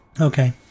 Okay